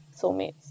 soulmates